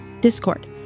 Discord